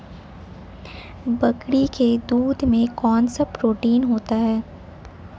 बकरी के दूध में कौनसा प्रोटीन होता है?